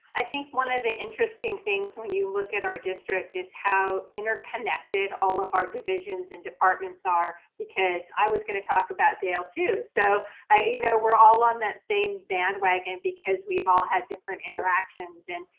i think one of the interesting things when you look at our district is how interconnected all of our divisions and departments are because i was gonna talk about dale too. so you know we're all on that same bandwagon because we've all had different interactions. and,